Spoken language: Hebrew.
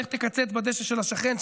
לך תקצץ בדשא של השכן,